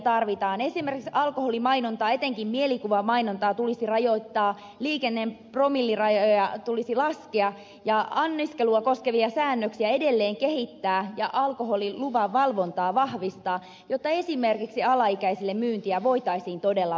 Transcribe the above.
esimerkiksi alkoholimainontaa etenkin mielikuvamainontaa tulisi rajoittaa liikennepromillerajoja tulisi laskea ja anniskelua koskevia säännöksiä edelleen kehittää ja alkoholiluvan valvontaa vahvistaa jotta esimerkiksi alaikäisille myyntiä voitaisiin todella vähentää